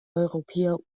europäer